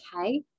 okay